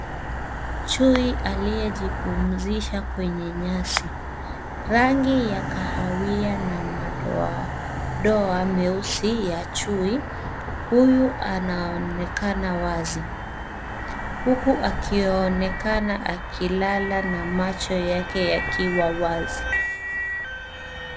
Chui aliyejipumzisha kwenye nyasi, rangi ya kahawia na madoadoa meusi ya chui huyu anaonekana wazi, huku akionekana akilala na macho yake yakiwa wazi.